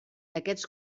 aquests